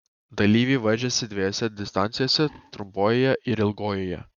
dalyviai varžėsi dviejose distancijose trumpojoje ir ilgojoje